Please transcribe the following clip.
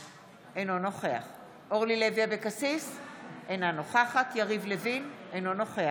אני רוצה לדעת שיש לי את כל הכלים להתמודד מול הדבר הזה.